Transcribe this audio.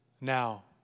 Now